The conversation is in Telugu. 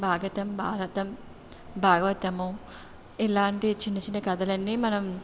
బాగతం భారతం భాగవతము ఇలాంటి చిన్న చిన్న కథలన్నీ మనం